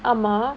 ஆமா:aama